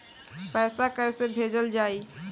पैसा कैसे भेजल जाइ?